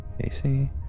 AC